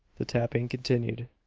the tapping continued.